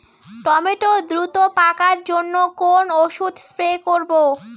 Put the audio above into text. Tomato দ্রুত পাকার জন্য কোন ওষুধ স্প্রে করব?